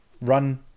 run